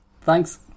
Thanks